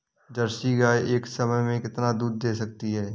Jersey गाय एक समय में कितना दूध दे सकती है?